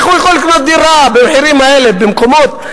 איך הוא יכול לקנות דירה במחירים האלה במקומות האלה?